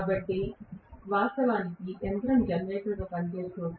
కాబట్టి వాస్తవానికి యంత్రం జనరేటర్గా పనిచేస్తుంటే